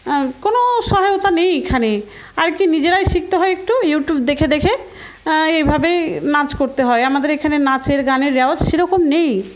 কোনো সহায়তা নেই এখানে আর কি নিজেরাই শিখতে হয় একটু ইউটিউব দেখে দেখে এইভাবেই নাচ করতে হয় আমাদের এখানে নাচের গানের রেওয়াজ সেরকম নেই